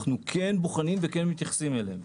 אנחנו בוחנים ומתייחסים אליהם.